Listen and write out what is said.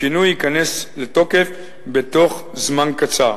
השינוי ייכנס לתוקף בתוך זמן קצר.